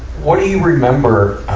what do you remember,